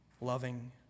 loving